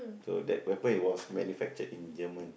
so that weapon it was manufactured in German